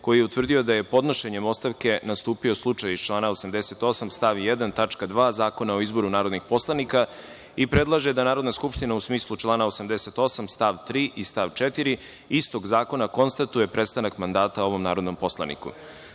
koji je utvrdio da je podnošenjem ostavke nastupio slučaj iz člana 88. stav 1. tačka 2) Zakona o izboru narodnih poslanika i predlaže da Narodna skupština, u smislu člana 88. stav 3. i stav 4. istog zakona, konstatuje prestanak mandata ovom narodnom poslaniku. Saglasno